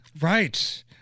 Right